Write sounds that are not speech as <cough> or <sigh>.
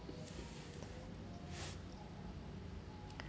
<breath>